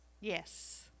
Yes